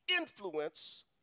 influence